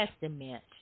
Testament